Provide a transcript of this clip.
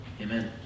Amen